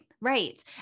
right